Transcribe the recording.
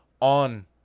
on